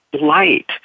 light